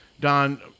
Don